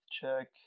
check